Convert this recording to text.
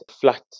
flat